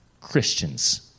Christians